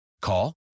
Call